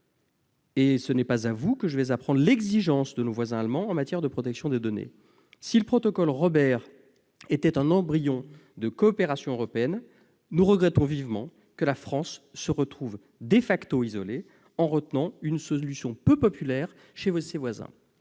ce n'est pas à vous que j'apprendrai leur exigence en matière de protection des données. Si le protocole Robert était un embryon de coopération européenne, nous regrettons vivement que la France se retrouve isolée, parce qu'elle a retenu une solution peu populaire chez ses voisins.